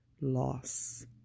Loss